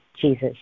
Jesus